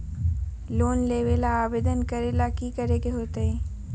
Loan लेबे ला आवेदन करे ला कि करे के होतइ?